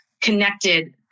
connected